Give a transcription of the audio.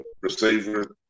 receiver